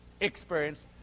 experience